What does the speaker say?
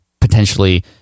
potentially